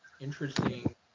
interesting